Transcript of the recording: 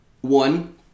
one